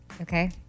okay